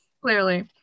Clearly